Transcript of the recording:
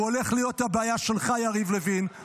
הוא הולך להיות הבעיה שלך בשנים הבאות, יריב לוין.